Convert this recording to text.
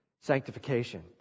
Sanctification